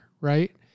right